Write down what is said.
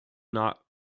not